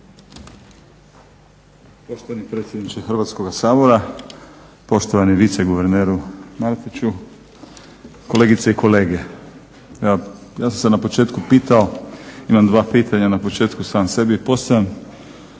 Poštovani predsjedniče Hrvatskoga sabora, poštovani viceguverneru Martiću, kolegice i kolege. Ja sam se na početku pitao, imam dva pitanja, na početku sam sebi postavljam,